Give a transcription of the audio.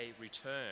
return